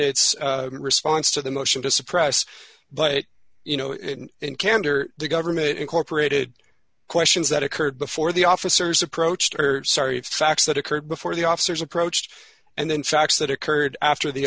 its response to the motion to suppress but you know in candor the government incorporated questions that occurred before the officers approached sorry of facts that occurred before the officers approached and then facts that occurred after the